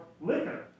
liquor